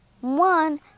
One